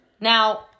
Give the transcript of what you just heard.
Now